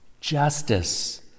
Justice